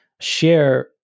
share